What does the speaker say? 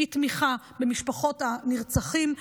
אי-תמיכה במשפחות הנרצחים,